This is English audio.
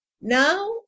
Now